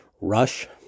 rush